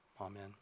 amen